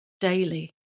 daily